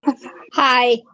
Hi